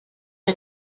que